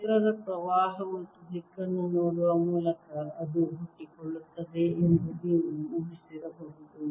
ಕ್ಷೇತ್ರದ ಪ್ರವಾಹ ಮತ್ತು ದಿಕ್ಕನ್ನು ನೋಡುವ ಮೂಲಕ ಅದು ಹುಟ್ಟಿಕೊಳ್ಳುತ್ತದೆ ಎಂದು ನೀವು ಊಹಿಸಿರಬಹುದು